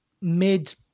mid